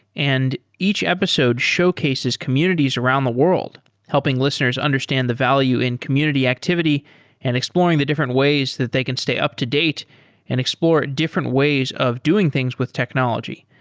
and each episode showcases communities around the world helping listeners understand the value in community activity and exploring the different ways that they can stay up-to-date and explore different ways of doing things with technology.